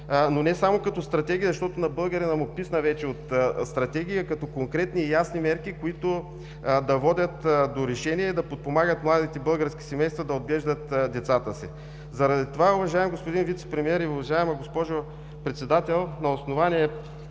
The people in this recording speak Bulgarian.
но не само като стратегия, защото на българина му писна от стратегии, а като конкретни и ясни мерки, които да водят до решение, да подпомагат младите български семейства да отглеждат децата си. Заради това, уважаеми господин Вицепремиер и уважаема госпожо Председател, на основание